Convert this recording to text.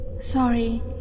Sorry